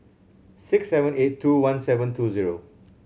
six seven eight two one seven two zero